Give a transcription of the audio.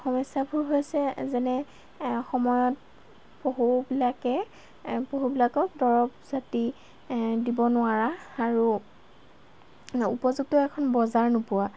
সমস্যাবোৰ হৈছে যেনে সময়ত পশুবিলাকে পশুবিলাকক দৰৱ জাতি দিব নোৱাৰা আৰু উপযুক্ত এখন বজাৰ নোপোৱা